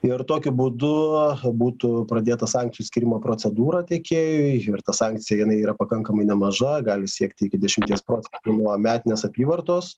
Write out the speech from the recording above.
ir tokiu būdu būtų pradėta sankcijų skyrimo procedūra tiekėjui ir ta sankcija jinai yra pakankamai nemaža gali siekti iki dešimties procentų nuo metinės apyvartos